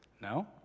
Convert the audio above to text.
no